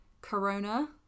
Corona